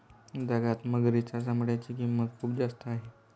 जगात मगरीच्या चामड्याची किंमत खूप जास्त आहे